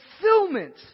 fulfillment